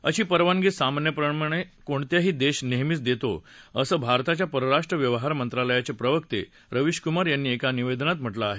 अशी परवानगी सामान्यपणे कोणताही देश नेहमीच देतो असं भारताच्या परराष्ट्र व्यवहार मंत्रालयाचे प्रवक्ते रवीशकुमार यांनी एका निवेदनात म्हटलं आहे